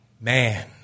man